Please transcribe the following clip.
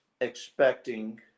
expecting